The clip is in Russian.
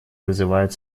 вызывает